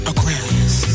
Aquarius